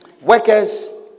Workers